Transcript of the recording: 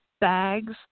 bags